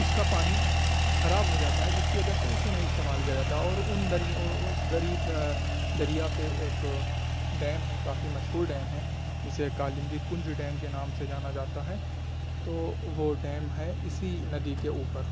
اس کا پانی خراب ہو جاتا ہے جس کی وجہ سے اسے نہیں استعمال کیا جاتا اور ان دری اس دری دریا پہ ایک ڈیم ہے کافی مشہور ڈیم ہے جسے کالندی کنج ڈیم کے نام سے جانا جاتا ہے تو وہ ڈیم ہے اسی ندی کے اوپر